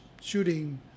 shooting